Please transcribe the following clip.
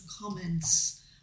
comments